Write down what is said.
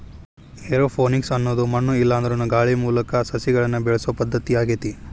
aeroponics ಅನ್ನೋದು ಮಣ್ಣು ಇಲ್ಲಾಂದ್ರನು ಗಾಳಿ ಬೆಳಕು ಮೂಲಕ ಸಸಿಗಳನ್ನ ಬೆಳಿಸೋ ಪದ್ಧತಿ ಆಗೇತಿ